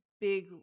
big